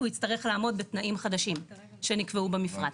כי הוא יצטרך לעמוד בתנאים חדשים שנקבעו במפרט.